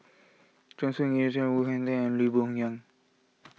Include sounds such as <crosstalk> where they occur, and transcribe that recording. Choor Singh <unintelligible> Woon <unintelligible> and Lee Boon Yang